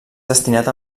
destinat